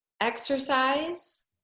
exercise